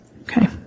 Okay